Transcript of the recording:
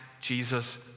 Jesus